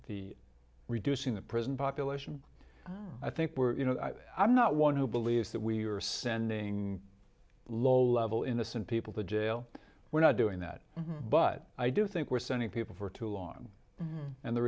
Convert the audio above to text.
the reducing the prison population i think we're you know i'm not one who believes that we are sending low level innocent people to jail we're not doing that but i do think we're sending people for too long and the